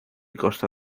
costa